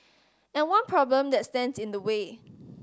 and one problem that stands in the way